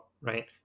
right